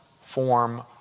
form